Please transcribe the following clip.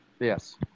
Yes